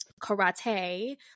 karate